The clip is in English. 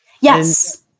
Yes